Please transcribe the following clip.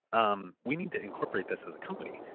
um we need to incorporate this as a company,